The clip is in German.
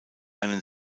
einen